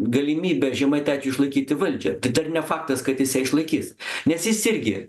galimybė žemaitaičiui išlaikyti valdžią tai dar ne faktas kad jis ją išlaikys nes jis irgi